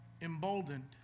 emboldened